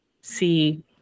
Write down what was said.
see